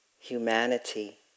humanity